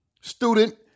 student